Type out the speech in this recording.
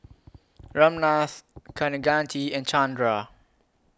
Ramnath Kaneganti and Chandra